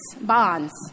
bonds